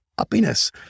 Happiness